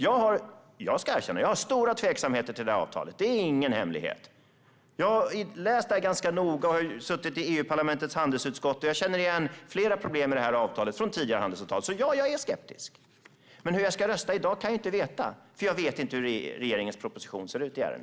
Jag känner stor tveksamhet till det här avtalet. Det är ingen hemlighet. Jag har läst det här ganska noga och suttit i EU-parlamentets handelsutskott, och jag känner igen flera problem med det här avtalet från tidigare handelsavtal. Så ja, jag är skeptisk. Men hur jag ska rösta kan jag inte veta i dag, för jag vet inte hur regeringens proposition i ärendet ser ut.